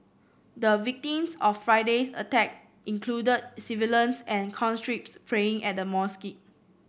the victims of Friday's attack included civilians and conscripts praying at the mosque